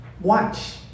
watch